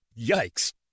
Yikes